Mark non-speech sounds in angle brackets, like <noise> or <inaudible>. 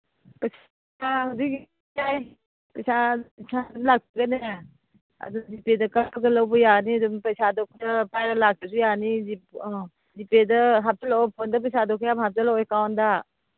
<unintelligible> ꯄꯩꯁꯥ <unintelligible> ꯖꯤ ꯄꯦꯗ ꯀꯥꯞꯄꯒ ꯂꯧꯕ ꯌꯥꯅꯤ ꯑꯗꯨꯝ ꯄꯩꯁꯥꯗꯣ ꯈꯔ ꯄꯥꯏꯔ ꯂꯥꯛꯇ꯭ꯔꯁꯨ ꯌꯥꯅꯤ ꯑꯥ ꯖꯤ ꯄꯦꯗ ꯍꯥꯞꯆꯤꯜꯂꯛꯑꯣ ꯐꯣꯟꯗ ꯄꯩꯁꯥꯗꯣ ꯈꯔ ꯌꯥꯝ ꯍꯥꯞꯆꯤꯜꯂꯛꯑꯣ ꯑꯦꯀꯥꯎꯟꯗ